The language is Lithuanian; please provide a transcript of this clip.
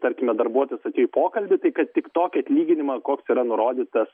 tarkime darbuotojas atėjo į pokalbį tai kad tik tokį atlyginimą koks yra nurodytas